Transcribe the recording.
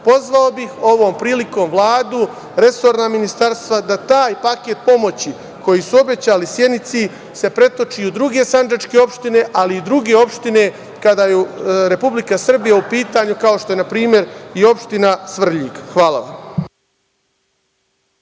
bih ovom prilikom Vladu, resorna ministarstva, da taj paket pomoći koji su obećali Sjenici se pretoči i u druge sandžačke opštine, ali i druge opštine kada je Republika Srbija u pitanju, kao što je, na primer, i opština Svrljig. Hvala vam.